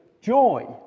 joy